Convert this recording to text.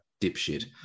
dipshit